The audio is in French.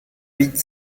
huit